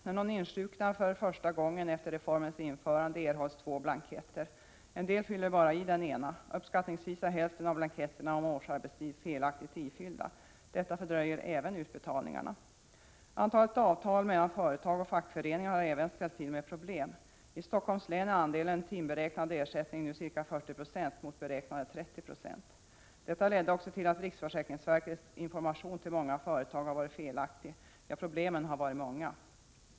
När någon insjuknar för första gången efter reformens införande erhålls två blanketter. En del fyller bara i den ena. Uppskattningsvis är hälften av blanketterna om årsarbetstid felaktigt ifyllda. Detta fördröjer även utbetalningarna. Även antalet avtal mellan företag och fackföreningar har ställt till med problem. I Stockholms län är andelen timberäknad ersättning nu ca 40 96 mot beräknade 30 26. Detta ledde också till att riksförsäkringsverkets information till många företag blev felaktig. Ja, problemen har varit många.